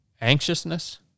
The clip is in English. anxiousness